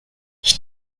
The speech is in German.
ich